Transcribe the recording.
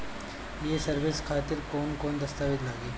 ये सर्विस खातिर कौन कौन दस्तावेज लगी?